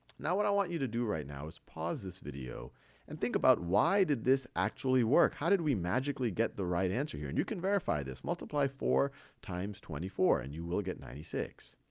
now, what i want you to do right now is pause this video and think about why did this actually work. how did we magically get the right answer here? and you can verify this. multiply four times twenty four, and you will get ninety six.